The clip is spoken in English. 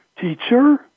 teacher